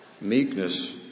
meekness